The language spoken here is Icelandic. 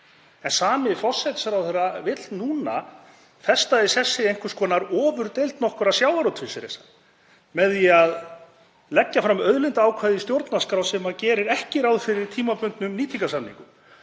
en sami forsætisráðherra vill núna festa í sessi einhvers konar ofurdeild nokkurra sjávarútvegsrisa með því að leggja fram auðlindaákvæði í stjórnarskrá sem gerir ekki ráð fyrir tímabundnum nýtingarsamningum.